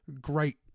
great